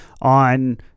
on